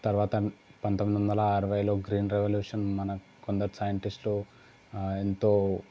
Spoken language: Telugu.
తర్వాత పందొమ్మిది వందల అరవైలో గ్రీన్ రెవల్యూషన్ ఉందన్న కొందరు సైంటిస్టులు ఎంతో